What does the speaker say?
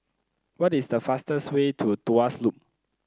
what is the fastest way to Tuas Loop